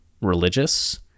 religious